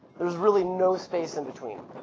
there's really no space in between.